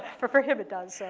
for for him it does, and